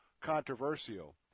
controversial